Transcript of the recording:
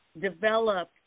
develop